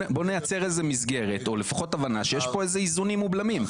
בוא נייצר איזה מסגרת או לפחות הבנה שיש פה איזונים ובלמים,